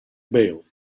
bail